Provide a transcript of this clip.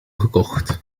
gekocht